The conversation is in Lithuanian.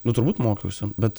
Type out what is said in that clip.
nu turbūt mokiausi bet